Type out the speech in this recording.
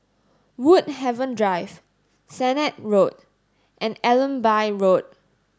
Woodhaven Drive Sennett Road and Allenby Road